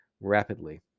rapidly